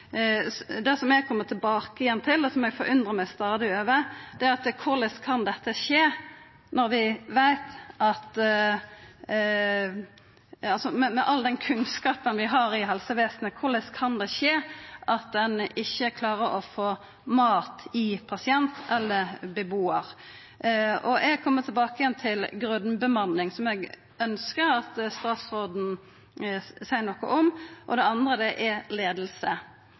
det som eg kjem tilbake til og som eg stadig forundrar meg over, er korleis det kan skje at ein ikkje klarar å få mat i pasient eller bebuar med all den kunnskapen vi har i helsevesenet. Eg kjem tilbake til grunnbemanning, som eg ønskjer at statsråden seier noko om. Det andre er leiing, for det er klart at først og fremst er det ei leiingssvikt når den kunnskapen vi har, ikkje blir implementert. For det andre seier det